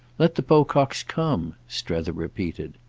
let the pococks come, strether repeated.